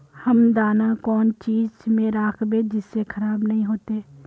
हम दाना कौन चीज में राखबे जिससे खराब नय होते?